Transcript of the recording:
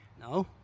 No